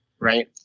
Right